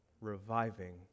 reviving